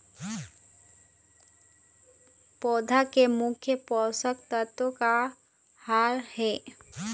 पौधा के मुख्य पोषकतत्व का हर हे?